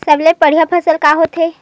सबले बढ़िया फसल का होथे?